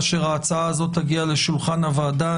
כאשר ההצעה הזאת תגיע לשולחן הוועדה,